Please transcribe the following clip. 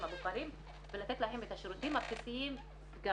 הלא מוכרים ולתת להם את השירותים הבסיסיים גם